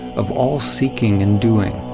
of all seeking and doing.